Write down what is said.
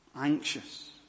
anxious